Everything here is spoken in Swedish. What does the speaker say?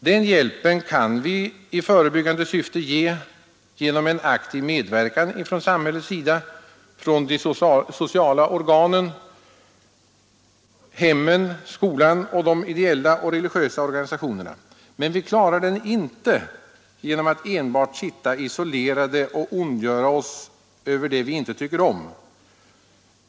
Den hjälpen kan vi i förebyggande syfte ge genom en aktiv medverkan från samhällets sida, de sociala organen, hemmen, skolan och de ideella och religiösa organisationerna. Men vi klarar den inte genom att enbart sitta isolerade och ondgöra oss över det vi inte tycker om.